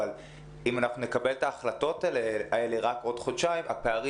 אבל אם אנחנו נקבל את ההחלטות האלה רק בעוד חודשיים הפערים